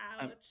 ouch